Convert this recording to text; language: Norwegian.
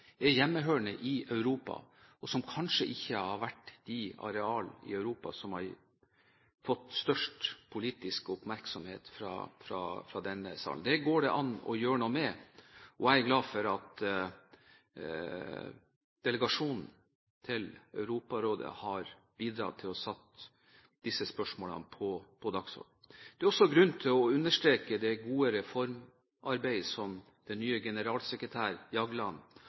er hjemmehørende i Europa, og som kanskje ikke har vært de arealer i Europa som har fått størst politisk oppmerksomhet fra denne sal. Det går det an å gjøre noe med, og jeg er glad for at delegasjonen til Europarådet har bidratt til å få satt disse spørsmålene på dagsordenen. Det er også grunn til å understreke det gode reformarbeidet som den nye generalsekretæren, Jagland,